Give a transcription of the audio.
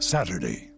Saturday